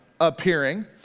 appearing